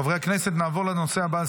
חמישה מתנגדים, נוכח אחד.